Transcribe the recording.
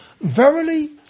Verily